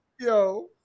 Yo